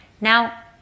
Now